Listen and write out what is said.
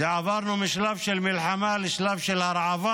עברנו משלב של מלחמה לשלב של הרעבה.